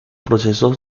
proceso